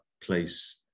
place